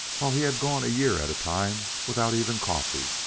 while he had gone a year at a time without even coffee.